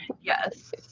Yes